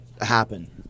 happen